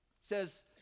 says